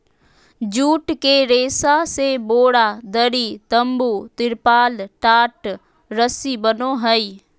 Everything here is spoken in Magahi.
जुट के रेशा से बोरा, दरी, तम्बू, तिरपाल, टाट, रस्सी बनो हइ